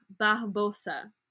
Barbosa